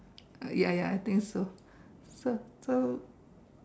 ya ya I think so so